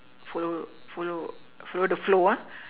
follow follow follow the flow ah